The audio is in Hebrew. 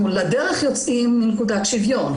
לדרך מנקודת שוויון.